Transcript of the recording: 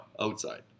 Outside